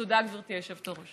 תודה, גברתי היושבת-ראש.